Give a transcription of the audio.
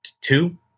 two